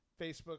Facebook